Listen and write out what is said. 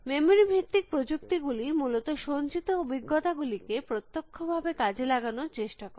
memory ভিত্তিক প্রযুক্তি গুলি মূলত সঞ্চিত অভিজ্ঞতা গুলিকে প্র্তক্ষ্য ভাবে কাজে লাগানোর চেষ্টা করে